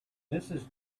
mrs